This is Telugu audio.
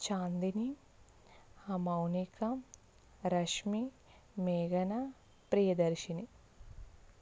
చాందిని మౌనిక రష్మీ మేఘన ప్రియదర్శిని